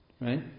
Right